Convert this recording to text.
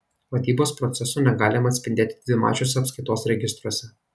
vadybos procesų negalima atspindėti dvimačiuose apskaitos registruose